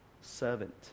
servant